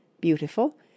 beautiful